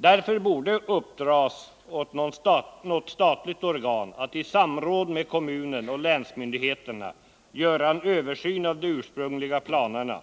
Därför borde det uppdras åt något statligt organ att i samråd med kommunen och länsmyndigheterna göra en översyn av de ursprungliga planerna